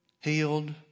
Healed